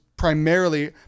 primarily